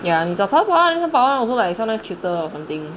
ya 你找淘宝啊淘宝 [one] also like sometimes cuter or something